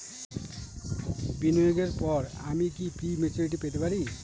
বিনিয়োগের পর আমি কি প্রিম্যচুরিটি পেতে পারি?